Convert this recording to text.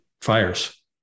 fires